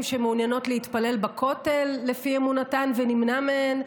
שמעוניינות להתפלל בכותל לפי אמונתן ונמנע מהן,